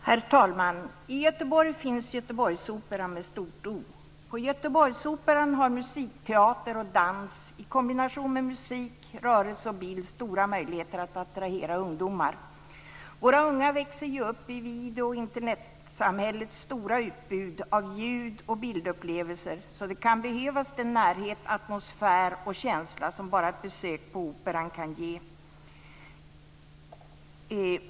Herr talman! I Göteborg finns Göteborgsoperan. På Göteborgsoperan har musikteater och dans i kombination med musik, rörelse och bild stora möjligheter att attrahera ungdomar. Våra unga växer ju upp i video och Internetsamhällets stora utbud av ljud och bildupplevelser, så den närhet, den atmosfär och den känsla som bara ett besök på Operan kan ge kan behövas.